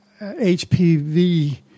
HPV